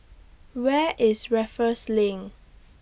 Where IS Raffles LINK